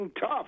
tough